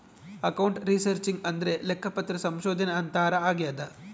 account researching ಅಂದ್ರೆ ಲೆಕ್ಕಪತ್ರ ಸಂಶೋಧನೆ ಅಂತಾರ ಆಗ್ಯದ